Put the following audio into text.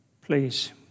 Please